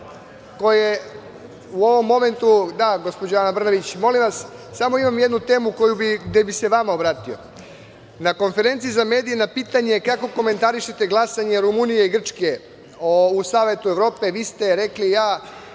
u odnosu na sveGospođo Ana Brnabić, molim vas, imam jednu temu gde bih se vama obratio. Na konferenciji za medije, na pitanje kako komentarišete glasanje Rumunije i Grčke u Savetu Evrope, vi ste rekli - ja